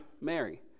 Mary